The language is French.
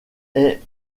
est